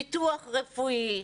ביטוח רפואי,